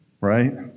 Right